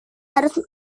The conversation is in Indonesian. harus